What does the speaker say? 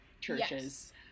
churches